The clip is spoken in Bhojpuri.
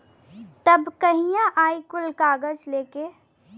तब कहिया आई कुल कागज़ लेके?